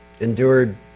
endured